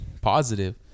positive